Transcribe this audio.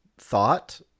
thought